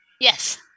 Yes